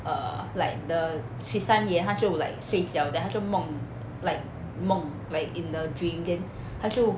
err like the 十三爷他就 like 睡觉 then 他就梦 like 梦 like in the dream then 他就